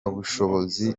bushobozi